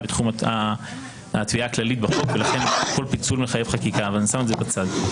מופע אימים הציבור עושה לכם בחוץ, זה בסדר.